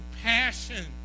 passion